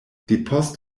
depost